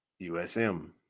USM